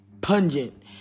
pungent